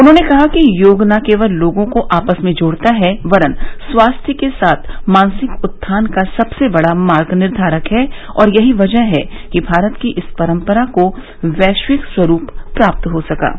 उन्होंने कहा कि योग न केवल लोगों को आपस में जोड़ता है वरन स्वास्थ्य के साथ मानसिक उत्थान का सबसे बड़ा मार्ग निर्धारक है और यही वजह है कि भारत की इस परम्परा को वैश्विक स्वरूप प्राप्त हो सका है